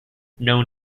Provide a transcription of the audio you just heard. known